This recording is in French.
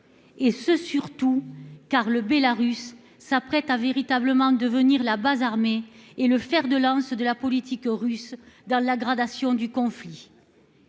la mesure où le Bélarus s'apprête à véritablement devenir la base armée et le fer de lance de la politique russe dans la gradation du conflit.